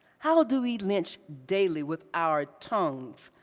how do we lynch daily with our tongues,